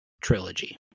trilogy